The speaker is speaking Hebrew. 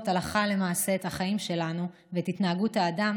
הלכה למעשה את החיים שלנו ואת התנהגות האדם